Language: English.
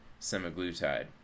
semaglutide